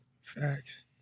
Facts